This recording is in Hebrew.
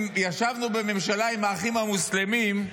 ישבנו בממשלה עם האחים המוסלמים.